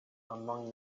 among